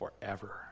forever